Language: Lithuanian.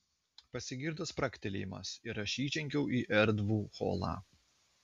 pasigirdo spragtelėjimas ir aš įžengiau į erdvų holą